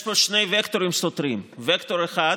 יש פה שני וקטורים סותרים: וקטור אחד,